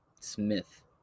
Smith